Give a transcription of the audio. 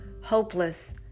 hopeless